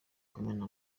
kumena